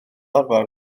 arfer